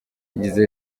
yagize